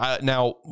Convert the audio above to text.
now